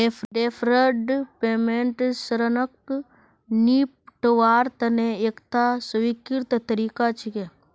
deferred payment ऋणक निपटव्वार तने एकता स्वीकृत तरीका छिके